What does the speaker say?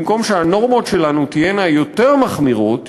במקום שהנורמות שלנו תהיינה יותר מחמירות,